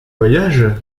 voyage